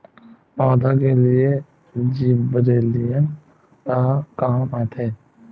पौधा के लिए जिबरेलीन का काम आथे?